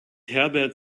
herbert